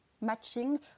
matching